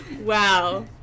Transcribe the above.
Wow